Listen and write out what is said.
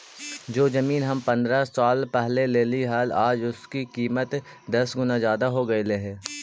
जो जमीन हम पंद्रह साल पहले लेली हल, आज उसकी कीमत दस गुना जादा हो गेलई हे